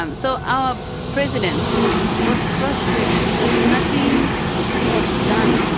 um so our president was frustrated, because nothing was done,